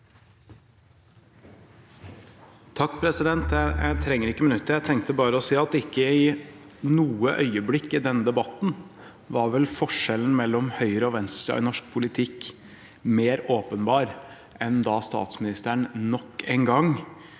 (SV) Jeg trenger ikke minuttet. Jeg tenkte bare å si at ikke i noe øyeblikk i denne debatten var vel forskjellen mellom høyre- og venstresiden i norsk politikk mer åpenbar enn da statsministeren nok en gang